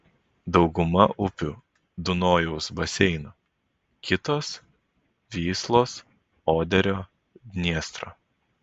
dauguma upių dunojaus baseino kitos vyslos oderio dniestro